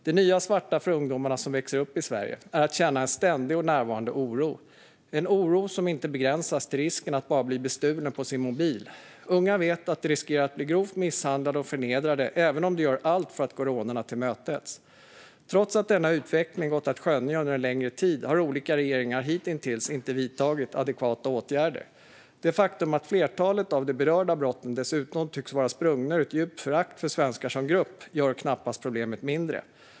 Det nya svarta för ungdomar som växer upp i Sverige är att känna en ständigt närvarande oro, en oro som inte begränsas till risken att bara bli bestulen på sin mobil. Unga vet att de riskerar att bli grovt misshandlade och förnedrade även om de gör allt för att gå rånarna till mötes. Trots att denna utveckling gått att skönja under en längre tid har olika regeringar hitintills inte vidtagit adekvata åtgärder. Det faktum att flertalet av de berörda brotten dessutom tycks vara sprungna ur ett djupt förakt för svenskar som grupp gör knappast problemet mindre.